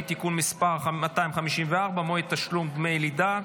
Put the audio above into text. (תיקון מס' 254) (מועד תשלום דמי לידה),